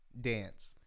Dance